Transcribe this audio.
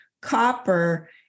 copper